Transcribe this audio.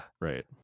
Right